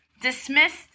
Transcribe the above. dismissed